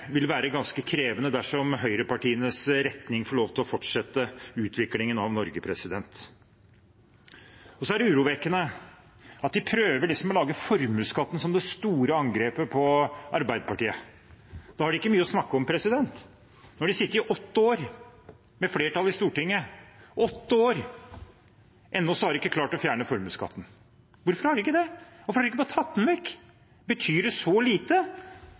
vil være ganske krevende dersom høyrepartienes retning får lov til å fortsette utviklingen av Norge. Det er også urovekkende at de prøver å bruke formuesskatten i det store angrepet på Arbeiderpartiet. Da har de ikke mye å snakke om. Nå har de sittet i åtte år med flertall i Stortinget – åtte år – og ennå har de ikke klart å fjerne formuesskatten. Hvorfor har de ikke det? Hvorfor har de ikke bare tatt den vekk? Betyr det så lite